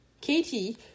Katie